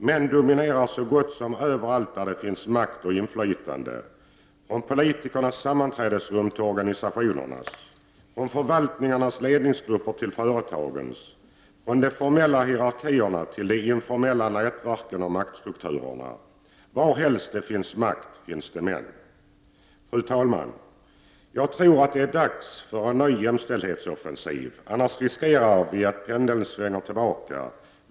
Män dominerar så gott som överallt där det finns makt och inflytande, från politikernas sammanträdesrum till organisationernas, från förvaltningarnas ledningsgrupper till företagens, från de formella hierarkierna till de informella nätverken och maktstrukturerna. Varhelst det finns makt, finns det män. Fru talman! Jag tror att det är dags för en ny jämställdhetsoffensiv. Vi riskerar annars att pendeln svänger tillbaka.